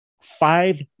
five